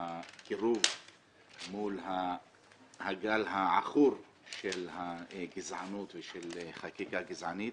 הקירוב מול הגל העכור של הגזענות ושל חקיקה גזענית.